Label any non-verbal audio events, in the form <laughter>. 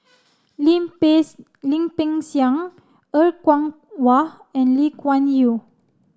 Lim <unintelligible> Lim Peng Siang Er Kwong Wah and Lee Kuan Yew